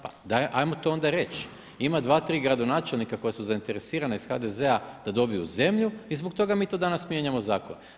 Pa daj, amo to onda reći, ima 2, 3 gradonačelnika koja su zainteresirana iz HDZ-a da dobiju zemlju i zbog toga mi to danas mijenjamo zakon.